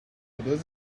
what